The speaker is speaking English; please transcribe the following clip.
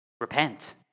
Repent